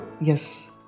yes